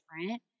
different